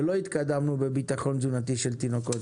ולא התקדמנו בביטחון תזונתי של תינוקות,